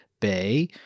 Bay